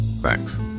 Thanks